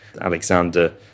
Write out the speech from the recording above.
Alexander